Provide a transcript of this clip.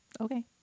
okay